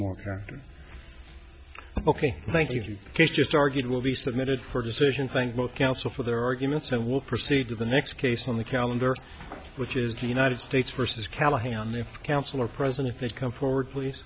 marker ok thank you kate just argued will be submitted for decision thank both council for their arguments that will proceed to the next case on the calendar which is the united states versus callahan the counselor present if they come forward please